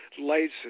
lights